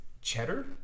cheddar